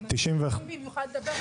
החוצפה הזאת?